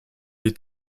est